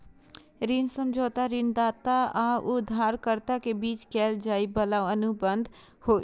ऋण समझौता ऋणदाता आ उधारकर्ता के बीच कैल जाइ बला अनुबंध होइ छै